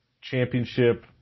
championship